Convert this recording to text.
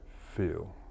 feel